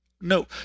No